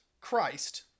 Christ